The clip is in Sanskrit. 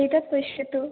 एतत् पश्यतु